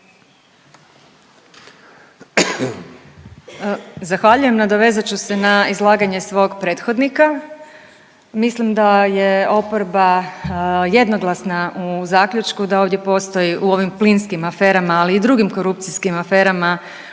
Zahvaljujem. Nadovezat ću se na izlaganje svog prethodnika. Mislim da je oporba jednoglasna u zaključku da ovdje postoji u ovim plinskim aferama ali i drugim korupcijskim aferama